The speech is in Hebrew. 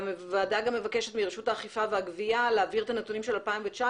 הוועדה גם מבקשת מרשות האכיפה והגבייה להעביר את הנתונים של 2019